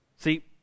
See